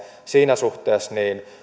siinä suhteessa